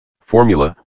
Formula